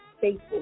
faithful